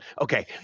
Okay